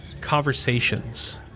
conversations